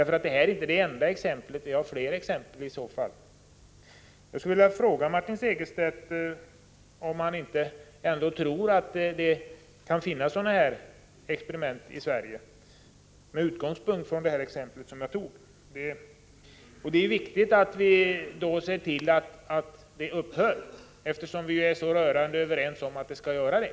För detta är inte det enda exemplet, jag har fler. Med utgångspunkt i det exempel jag tog skulle jag vilja fråga Martin Segerstedt om han ändå inte tror att det kan förekomma sådana här experiment i Sverige. Det är viktigt att vi i så fall ser till att de försöken upphör, eftersom vi är så rörande överens om att de skall göra det.